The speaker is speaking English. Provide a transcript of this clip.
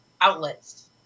outlets